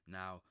now